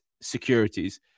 securities